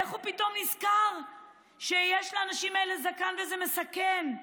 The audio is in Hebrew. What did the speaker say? איך הוא פתאום נזכר שיש לאנשים האלה זקן וזה מסכן?